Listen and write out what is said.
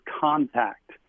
contact